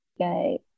Okay